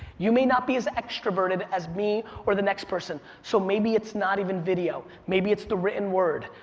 you may not be as extroverted as me or the next person. so maybe it's not even video. maybe it's the written word.